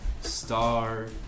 star